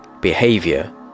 behavior